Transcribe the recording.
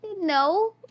No